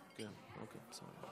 הכול.